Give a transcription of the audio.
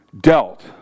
dealt